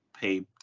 pay